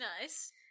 Nice